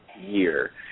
year